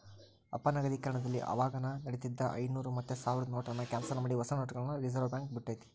ಅಪನಗದೀಕರಣದಲ್ಲಿ ಅವಾಗ ನಡೀತಿದ್ದ ಐನೂರು ಮತ್ತೆ ಸಾವ್ರುದ್ ನೋಟುನ್ನ ಕ್ಯಾನ್ಸಲ್ ಮಾಡಿ ಹೊಸ ನೋಟುಗುಳ್ನ ರಿಸರ್ವ್ಬ್ಯಾಂಕ್ ಬುಟ್ಟಿತಿ